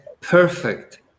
perfect